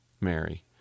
Mary